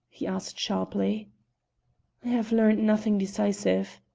he asked sharply. i have learned nothing decisive.